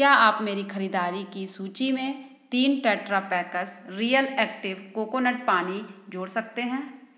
क्या आप मेरी ख़रीदारी की सूची में तीन tetra packs real active coconut पानी जोड़ सकते हैं